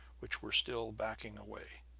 which were still backing away.